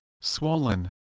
swollen